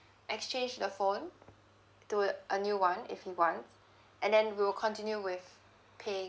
exchange the phone toward a new one if he want and then we'll continue with paying